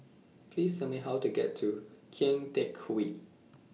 Please Tell Me How to get to Kian Teck Way